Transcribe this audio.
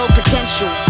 potential